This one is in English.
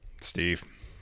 Steve